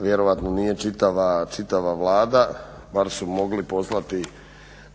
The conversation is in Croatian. vjerojatno nije čitava Vlada, bar su mogli poslati